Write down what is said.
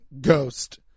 ghost